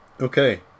Okay